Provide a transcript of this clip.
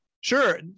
Sure